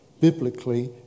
biblically